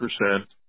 percent